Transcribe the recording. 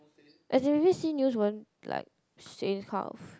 as in B_B_C news won't like say this kind of